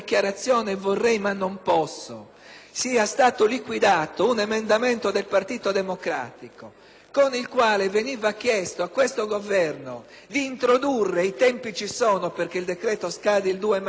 sia stato liquidato l'emendamento del Partito Democratico con il quale veniva chiesto a questo Governo di prevedere - e i tempi ci sono, perché il decreto scade il 2 marzo - uno stanziamento